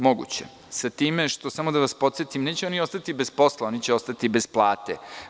Moguće, sa time što, samo da vas podsetim, neće oni ostati bez posla, oni će ostati i bez plate.